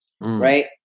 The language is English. Right